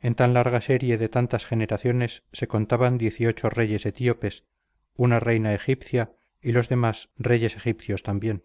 en tan larga serie de tantas generaciones se contaban reyes etíopes una reina egipcia y los demás reyes egipcios también